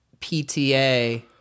pta